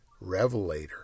revelator